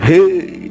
Hey